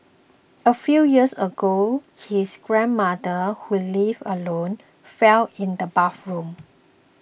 a few years ago his grandmother who lived alone fell in the bathroom